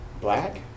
black